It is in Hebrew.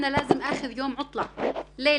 אני לא רוצה להרחיב יותר מדי.